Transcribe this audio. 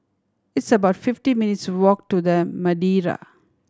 it's about fifty minutes' walk to The Madeira